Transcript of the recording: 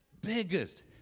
biggest